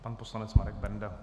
Pan poslanec Marek Benda.